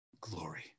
glory